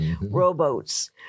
rowboats